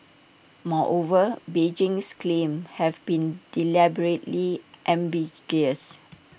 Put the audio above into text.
moreover Beijing's claims have been deliberately ambiguous